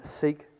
seek